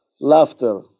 laughter